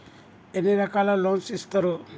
ఎన్ని రకాల లోన్స్ ఇస్తరు?